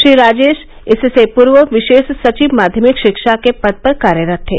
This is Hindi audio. श्री राजेश इससे पूर्व विशेष सचिव माध्यमिक शिक्षा के पद पर कार्यरत थे